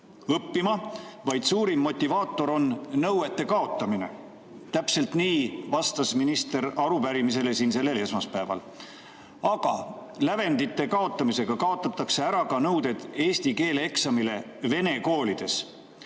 õppima, vaid suurim motivaator on nõuete kaotamine. Täpselt nii vastas minister arupärimisele sellel esmaspäeval. Aga lävendite kaotamisega kaotatakse ära ka nõuded eesti keele eksamile vene koolides.